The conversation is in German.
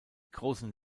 großen